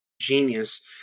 genius